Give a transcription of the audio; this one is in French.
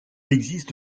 existe